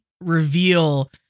reveal